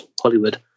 Hollywood